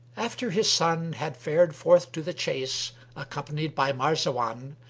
after his son had fared forth to the chase accompanied by marzawan,